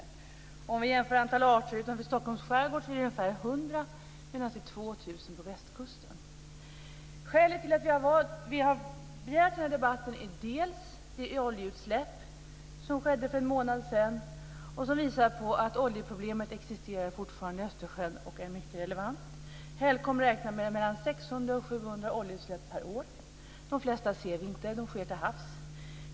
Om vi jämför kan vi se att antalet arter i Stockholms skärgård är ungefär 100, medan det är 2 000 på västkusten. Ett av skälen till att vi har begärt denna debatt är det oljeutsläpp som skedde för en månad sedan och som visar på att oljeproblemet fortfarande existerar i Östersjön och är mycket relevant. Helcom räknar med mellan 600 och 700 oljeutsläpp per år. De flesta ser vi inte. De sker till havs.